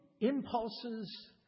impulses